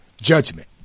judgment